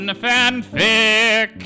fanfic